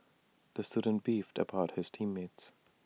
the student beefed about his team mates